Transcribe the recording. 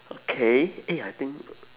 okay eh I think